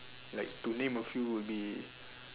like to name a few would be